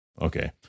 okay